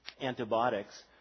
antibiotics